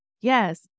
yes